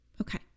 Okay